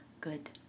good